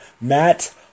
Matt